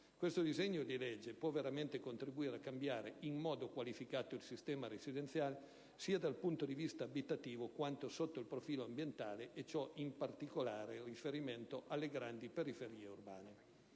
Questo disegno di legge può veramente contribuire a cambiare in modo qualificato il sistema residenziale tanto dal punto di vista abitativo quanto sotto il profilo ambientale e ciò con particolare riferimento alle grandi periferie urbane.